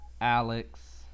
alex